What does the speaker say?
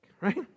Right